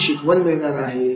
कोणती शिकवण मिळणार आहे